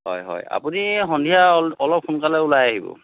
হয় হয় আপুনি সন্ধিয়া অলপ সোনকালে ওলাই আহিব